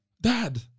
Dad